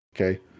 okay